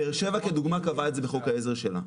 באר שבע כדוגמה קבעה את זה בחוק העזר שלה.